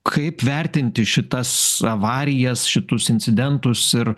kaip vertinti šitas avarijas šitus incidentus ir